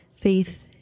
Faith